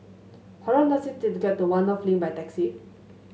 how long does it take to get to One North Link by taxi